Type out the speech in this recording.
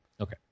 Okay